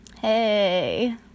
Hey